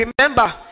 remember